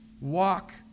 walk